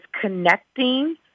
connecting